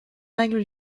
règles